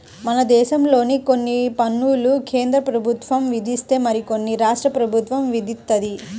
మనదేశంలో కొన్ని పన్నులు కేంద్రప్రభుత్వం విధిస్తే మరికొన్ని రాష్ట్ర ప్రభుత్వం విధిత్తది